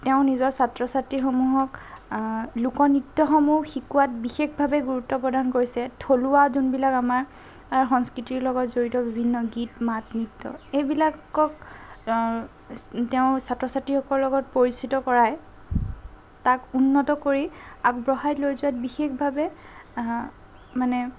তেওঁ নিজৰ ছাত্ৰ ছাত্ৰীসমূহক লোকনৃত্যসমূহ শিকোৱাত বিশেষভাৱে গুৰুত্ব প্ৰদান কৰিছে থলুৱা যোনবিলাক আমাৰ সংস্কৃতিৰ লগত জড়িত বিভিন্ন গীত মাত নৃত্য এইবিলাকক তেওঁ ছাত্ৰ ছাত্ৰীসকলৰ লগত পৰিচিত কৰাই তাক উন্নত কৰি আগবঢ়াই লৈ যোৱাত বিশেষভাৱে মানে